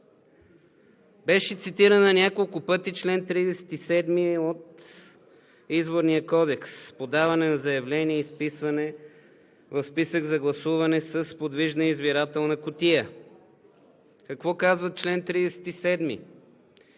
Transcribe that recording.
Беше цитиран на няколко пъти чл. 37 от Изборния кодекс – подаване на заявление и вписване в списък за гласуване с подвижна избирателна кутия. Какво казва чл. 37?